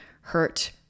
hurt